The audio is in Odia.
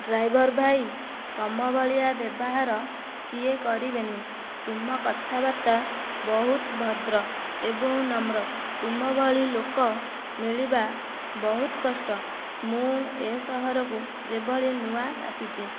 ଡ୍ରାଇଭର ଭାଇ ତୁମେ ଭଳିଆ ବ୍ୟବହାର କିଏ କରିବେନି ତୁମ କଥାବାର୍ତ୍ତା ବହୁତ ଭଦ୍ର ଏବଂ ନମ୍ର ତୁମଭଳି ଲୋକ ମିଳିବା ବହୁତ କଷ୍ଟ ମୁଁ ଏ ସହରକୁ ଯେଉଁଭଳି ନୂଆ ଆସିଛି